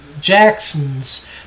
Jacksons